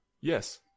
Yes